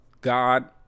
God